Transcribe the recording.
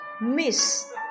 miss